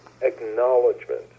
acknowledgement